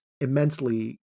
immensely